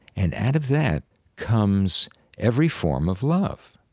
and out of that comes every form of love.